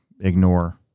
ignore